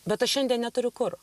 bet aš šiandien neturiu kur